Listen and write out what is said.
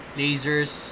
lasers